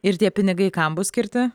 ir tie pinigai kam bus skirti